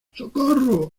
socorro